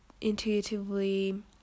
intuitively